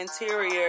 Interior